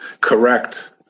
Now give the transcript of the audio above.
Correct